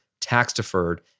tax-deferred